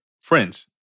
friends